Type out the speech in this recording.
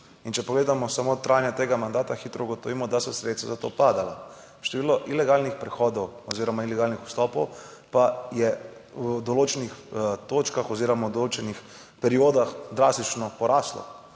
In če pogledamo samo trajanje tega mandata hitro ugotovimo, da so sredstva za to padala, število ilegalnih prehodov oziroma ilegalnih vstopov pa je v določenih točkah oziroma v določenih periodah drastično poraslo.